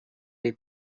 jej